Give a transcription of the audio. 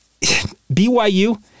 BYU